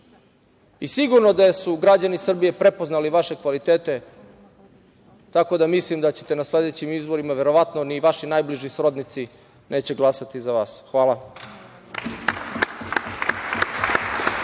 Sigurno da su građani Srbije prepoznali vaše kvalitete, tako da mislim da na sledećim izborima verovatni ni vaši najbliži srodnici neće glasati za vas. Hvala.